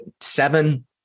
seven